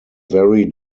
very